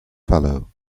fellow